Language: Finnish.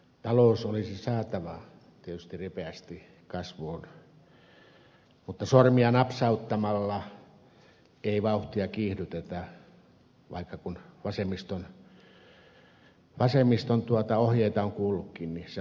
talous olisi saatava tietysti ripeästi kasvuun mutta sormia napsauttamalla ei vauhtia kiihdytetä vaikka kun vasemmiston ohjeita on kuullutkin se voisi tapahtua näin